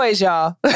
y'all